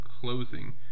closing